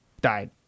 died